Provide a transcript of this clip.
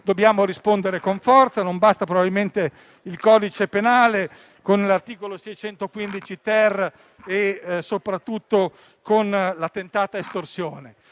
Dobbiamo rispondere con forza; non basta probabilmente il codice penale, con l'articolo 615-*ter* e, soprattutto, con la previsione